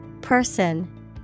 Person